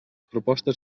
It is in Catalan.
propostes